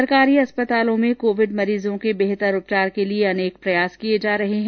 सरकारी अस्पतालों में कोविड मरीजों के बेहतर उपचार के लिये अनेक प्रयास किये जा रहे हैं